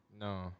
No